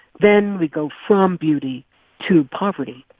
then we go from beauty to poverty.